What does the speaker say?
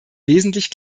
wesentlich